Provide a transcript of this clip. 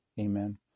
Amen